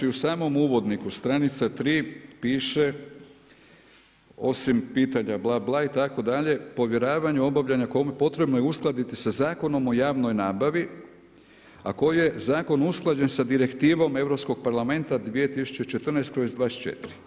Kolega Sponza, znači u samom uvodniku stranica 3 piše osim pitanja bla, bla itd. povjeravanje obavljanja potrebno je uskladiti sa Zakonom o javnoj nabavi, a koje je zakon usklađen sa direktivom Europskog parlamenta 2014/24.